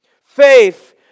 Faith